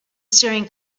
staring